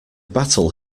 battle